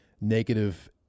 negative